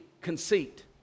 conceit